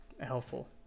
helpful